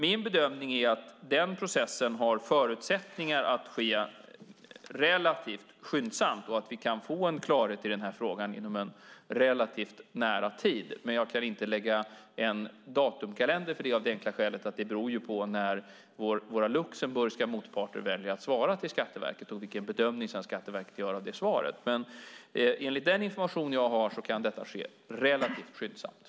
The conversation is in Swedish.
Min bedömning är att den processen har förutsättningar att ske relativt skyndsamt och att vi kan få klarhet i den här frågan inom en relativt nära tid. Men jag kan inte lägga fram en datumkalender för det av det enkla skälet att det beror på när våra luxemburgska motparter väljer att svara till Skatteverket och vilken bedömning Skatteverket sedan gör av det svaret. Men enligt den information jag har kan detta ske relativt skyndsamt.